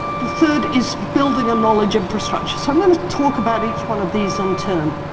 the third is building a knowledge infrastructure. so, i'm going to talk about each one of these in turn.